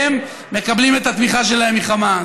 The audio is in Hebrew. הם מקבלים את התמיכה שלהם מחמאס,